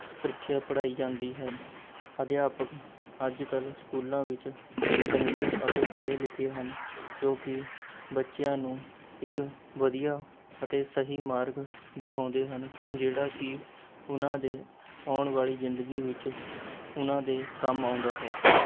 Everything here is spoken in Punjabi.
ਪ੍ਰੀਖਿਆ ਪੜ੍ਹਾਈ ਜਾਂਦੀ ਹੈ ਅਧਿਆਪਕ ਅੱਜ ਕੱਲ੍ਹ ਸਕੂਲਾਂ ਵਿੱਚ ਚੰਗੇ ਅਤੇ ਪੜ੍ਹੇ ਲਿਖੇ ਹਨ ਜੋ ਕਿ ਬੱਚਿਆਂ ਨੂੰ ਇੱਕ ਵਧੀਆ ਅਤੇ ਸਹੀ ਮਾਰਗ ਦਿਖਾਉਂਦੇ ਹਨ ਜਿਹੜਾ ਕਿ ਉਹਨਾਂ ਦੇ ਆਉਣ ਵਾਲ਼ੀ ਜਿੰਦਗੀ ਵਿੱਚ ਉਹਨਾਂ ਦੇ ਕੰਮ ਆਉਂਦਾ ਹੈ